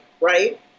Right